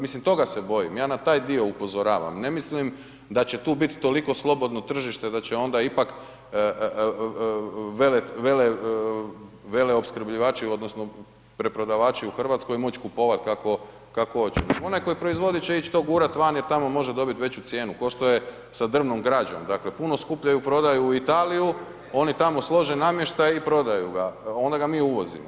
Mislim toga se bojim, ja na taj dio upozoravam, ne mislim da će tu bit toliko slobodno tržište da će onda ipak vele opskrbljivači odnosno preprodavači u Hrvatskoj, moći kupovat kako hoće nego onaj koji proizvodi će ić to gurat van jer tamo može dobit veću cijenu kao što je sa drvnom građom, dakle puno skuplje ju prodaju u Italiju, oni tamo slože namještaj i prodaju ga, onda ga mi uvozimo.